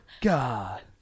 God